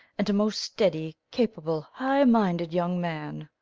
and a most steady, capable, highminded young man.